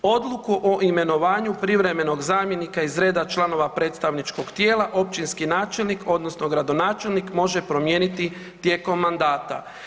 Odluku o imenovanju privremenog zamjenika iz reda člana predstavničkog tijela općinski načelnik odnosno gradonačelnik može promijeniti tijekom mandata.